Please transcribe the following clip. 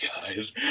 guys